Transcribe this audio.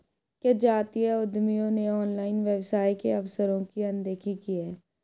क्या जातीय उद्यमियों ने ऑनलाइन व्यवसाय के अवसरों की अनदेखी की है?